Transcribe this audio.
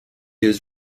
has